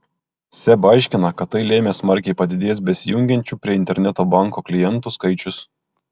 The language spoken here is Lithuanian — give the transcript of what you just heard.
seb aiškina kad tai lėmė smarkiai padidėjęs besijungiančių prie interneto banko klientų skaičius